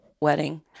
wedding